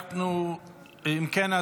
אם כן,